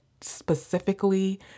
specifically